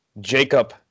Jacob